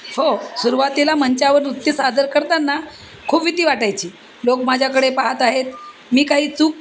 हो सुरवातीला मंचावर नृत्य सादर करताना खूप भीती वाटायची लोक माझ्याकडे पाहत आहेत मी काही चूक